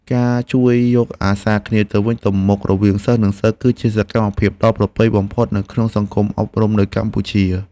ការជួយយកអាសាគ្នាទៅវិញទៅមករវាងសិស្សនិងសិស្ស គឺជាសកម្មភាពដ៏ប្រពៃបំផុតនៅក្នុងសង្គមអប់រំនៅកម្ពុជា។